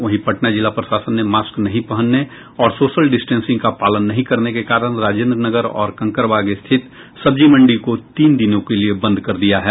वहीं पटना जिला प्रशासन ने मास्क नहीं पहनने और सोशल डिस्टेंसिंग का पालन नहीं करने के कारण राजेंद्र नगर और कंकड़बाग स्थित सब्जी मंडी को तीन दिनों के लिये बंद कर दिया है